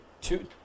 two